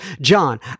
John